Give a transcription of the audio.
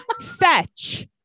fetch